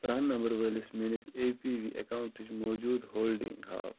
پرٛان نمبرٕ وٲلِس میٛانِس اے پی وِی ایٚکاونٛٹٕچ موٗجوٗد ہولڈِنٛگ ہاو